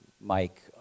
mike